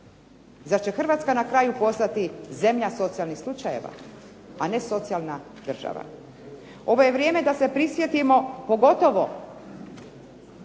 Zar će Hrvatska na kraju postati zemlja socijalnih slučajeva, a ne socijalna država? Ovo je vrijeme da se prisjetimo, pogotovo